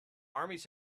armies